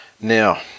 Now